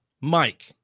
Mike